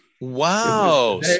Wow